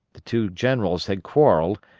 the two generals had quarreled,